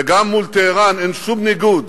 וגם מול טהרן אין שום ניגוד